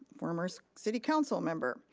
former so city council member,